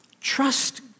Trust